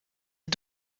est